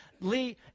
Lee